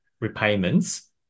repayments